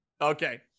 Okay